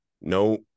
no